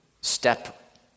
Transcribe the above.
step